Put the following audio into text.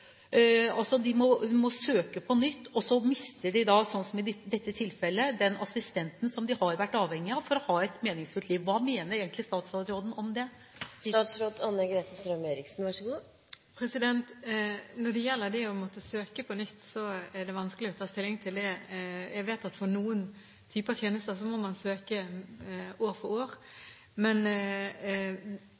de ikke hva de får. De må søke på nytt og mister, som i dette tilfellet, den assistenten som de har vært avhengig av for å ha et meningsfylt liv. Hva mener egentlig statsråden om det? Når det gjelder å måtte søke på nytt, er det vanskelig å ta stilling til det. Jeg vet at for noen typer tjenester må man søke år for år. Men